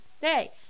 day